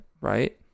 right